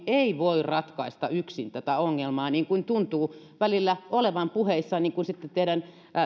ei voi ratkaista yksin tätä ongelmaa niin kuin tuntuu välillä olevan puheissa niin kuin teidän